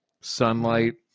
sunlight